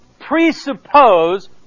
presuppose